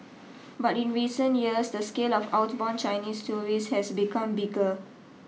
but in recent years the scale of outbound Chinese tourists has become bigger